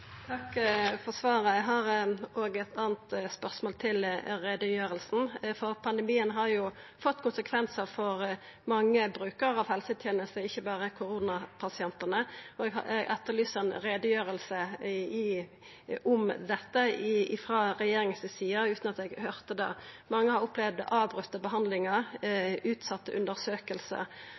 har òg eit anna spørsmål til utgreiinga. Pandemien har jo fått konsekvensar for mange brukarar av helsetenester, ikkje berre koronapasientane. Eg har etterlyst ei utgreiing om dette frå regjeringa si side, utan at eg har høyrt noko om det. Mange har opplevd avbrotne behandlingar eller utsette